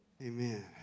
amen